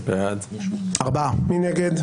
מי נגד?